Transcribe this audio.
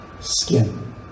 skin